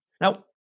Now